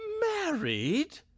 Married